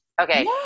Okay